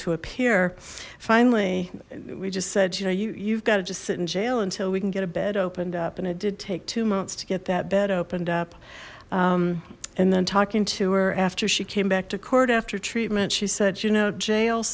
to appear finally we just said you know you you've got to just sit in jail until we can get a bed opened up and it did take two months to get that bed opened up and then talking to her after she came back to court after treatment she said you know jail